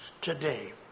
today